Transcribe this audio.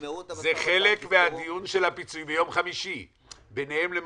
שיגמרו את המשא ומתן --- דיון ההמשך יהיה על כל הנושאים,